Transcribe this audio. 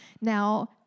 Now